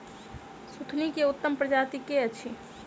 सुथनी केँ उत्तम प्रजाति केँ अछि?